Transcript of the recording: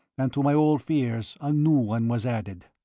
and to my old fears a new one was added.